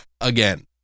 again